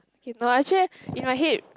you know actually you know I hate